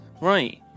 right